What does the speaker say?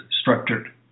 structured